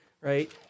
right